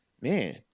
man